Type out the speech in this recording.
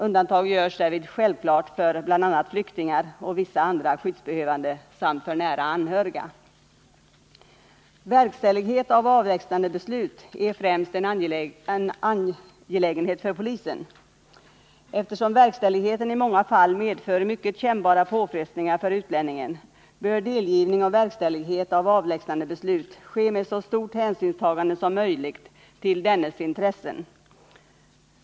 Undantag görs självfallet för bl.a. flyktingar och vissa andra skyddsbehövande samt för nära anhöriga. Verkställighet av avlägsnandebeslut är främst en angelägenhet för polisen. Eftersom verkställigheten i många fall medför mycket kännbara påfrestningar för utlänningen bör delgivning och verkställighet av avlägsnandebeslut ske med så stort hänsynstagande som möjligt till dennes intressen.